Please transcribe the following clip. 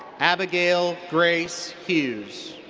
abigail grace hughes.